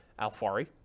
Alfari